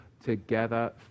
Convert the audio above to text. together